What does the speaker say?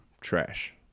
trash